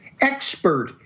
expert